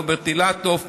רוברט אילטוב,